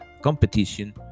competition